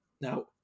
Now